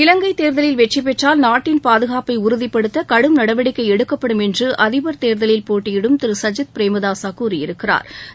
இலங்கை தேர்தலில் வெற்றிபெற்றால் நாட்டின் பாதுகாப்பை உறுதிபடுத்த கடும் நடவடிக்கை எடுக்கப்படும் என்று அதிபா் தேர்தலில் போட்டியிடும் திரு சஜித் பிரேமதாசா கூறியிருக்கிறாா்